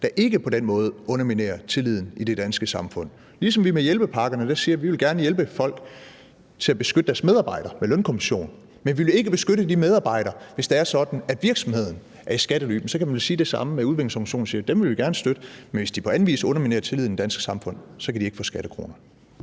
der ikke på den måde underminerer tilliden i det danske samfund. Ligesom vi med hjælpepakkerne siger, at vi gerne vil hjælpe folk til at beskytte deres medarbejdere med lønkompensation, men at vi ikke vil beskytte de medarbejdere, hvis det er sådan, at virksomheden er i skattely, så kan man vel også i forbindelse med udviklingsorganisationer sige, at dem vil man gerne støtte, men hvis de på anden vis underminerer tilliden i det danske samfund, kan de ikke få skattekroner.